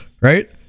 Right